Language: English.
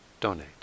donate